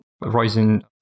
rising